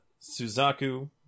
Suzaku